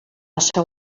eta